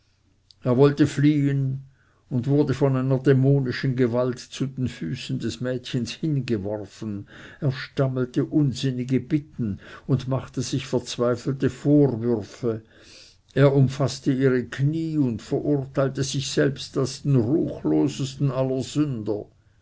er wollte fliehen und wurde von einer dämonischen gewalt zu den füßen des mädchens hingeworfen er stammelte unsinnige bitten und machte sich verzweifelte vorwürfe er umfaßte ihre knie und verurteilte sich selbst als den ruchlosesten aller sünder